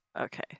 Okay